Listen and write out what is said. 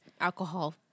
Alcohol